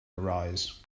arise